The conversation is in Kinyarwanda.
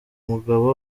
mugabo